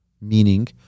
Meaning